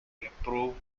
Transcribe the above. improve